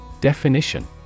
DEFINITION